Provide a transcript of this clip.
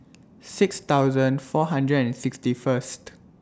six thousand four hundred and sixty First